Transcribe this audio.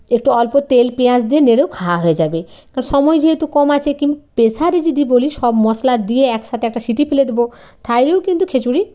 একটু অল্প তেল পেঁয়াজ দিয়ে নেড়েও খাওয়া হয়ে যাবে কারণ সময় যেহেতু কম আছে কিন প্রেশারে যদি বলি সব মশলা দিয়ে একসাথে একটা সিটি ফেলে দেব তাহলেও কিন্তু খিচুড়ি